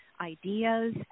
ideas